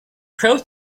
crow